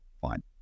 fine